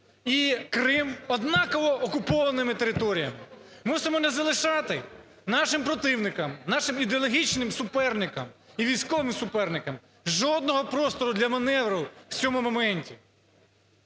і Крим однаково окупованими територіями. Мусимо не залишати нашим противникам, нашим ідеологічним суперникам і військовим суперникам жодного простору для маневру в цьому моменті.